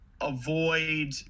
avoid